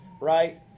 right